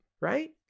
Right